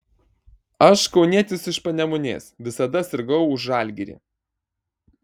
aš kaunietis iš panemunės visada sirgau už žalgirį